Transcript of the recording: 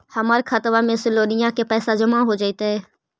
हमर खातबा में से लोनिया के पैसा जामा हो जैतय?